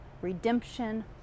redemption